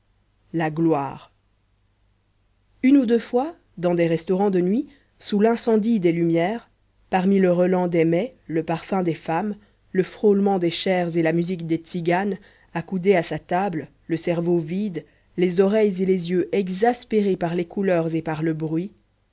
la gloire une ou deux fois dans des restaurants de nuit sous l'incendie des lumières parmi le relent des mets le parfum des femmes le frôlement des chairs et la musique des tziganes accoudé à sa table le cerveau vide les oreilles et les yeux exaspérés par les couleurs et par le bruit